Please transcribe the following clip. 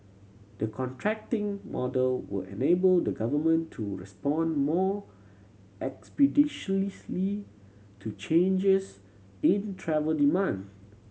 the contracting model will enable the Government to respond more to changes in travel demand